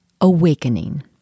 awakening